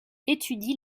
étudie